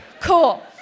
cool